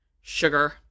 sugar